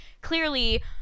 clearly